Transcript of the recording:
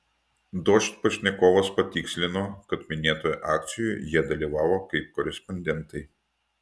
dožd pašnekovas patikslino kad minėtoje akcijoje jie dalyvavo kaip korespondentai